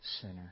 sinner